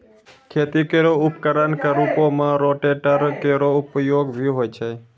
खेती केरो उपकरण क रूपों में रोटेटर केरो उपयोग भी होय छै